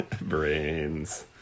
Brains